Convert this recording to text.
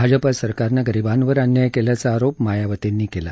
भाजपा सरकारनं गरीबांवर अन्याय केल्याचा आरोप मायावतींनी केला